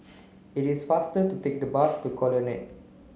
it is faster to take the bus to Colonnade